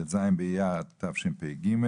ט"ז באייר התשפ"ג,